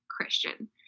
Christian